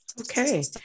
Okay